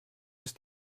ist